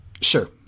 Sure